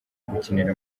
gukinira